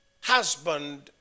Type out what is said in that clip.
husband